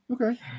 Okay